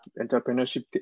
entrepreneurship